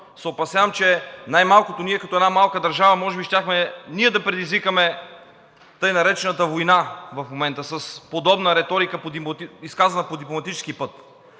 опасявам, че най-малкото ние като една малка държава може би щяхме да предизвикаме тъй наречената война в момента с подобна реторика, изказана по дипломатически път.